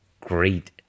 great